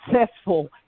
successful